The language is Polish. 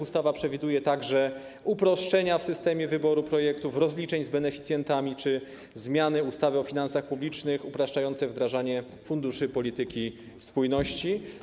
Ustawa przewiduje także uproszczenia w systemie wyboru projektów, rozliczeń z beneficjentami czy zmiany ustawy o finansach publicznych upraszczające wdrażanie funduszy polityki spójności.